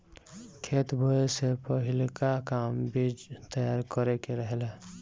खेत बोए से पहिलका काम बीज तैयार करे के रहेला